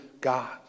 God